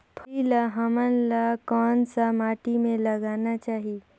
फल्ली ल हमला कौन सा माटी मे लगाना चाही?